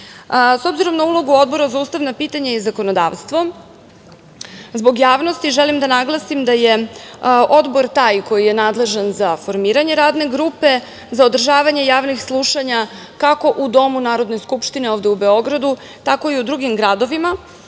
obzirom na ulogu Odbora za ustavna pitanja i zakonodavstvo, zbog javnosti želim da naglasim da je Odbor taj koji je nadležan za formiranje radne grupe, za održavanje javnih slušanja, kako u Domu Narodne skupštine, ovde u Beogradu, tako i u drugim gradovima. Prema